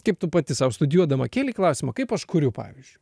kaip tu pati sau studijuodama kėlei klausimą kaip aš kuriu pavyzdžiui